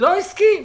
לא הסכים.